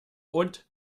und